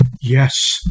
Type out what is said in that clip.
Yes